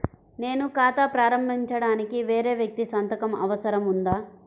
నేను ఖాతా ప్రారంభించటానికి వేరే వ్యక్తి సంతకం అవసరం ఉందా?